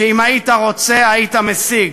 שאם היית רוצה היית משיג.